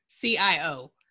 CIO